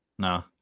No